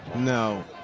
no,